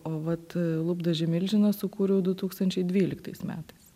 o vat lūpdažį milžiną sukūriau du tūkstančiai dvyliktais metais